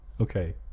okay